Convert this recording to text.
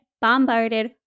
bombarded